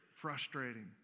frustrating